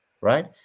right